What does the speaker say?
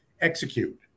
execute